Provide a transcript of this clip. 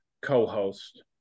co-host